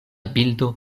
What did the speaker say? bildo